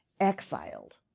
exiled